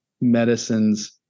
medicines